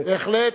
בהחלט.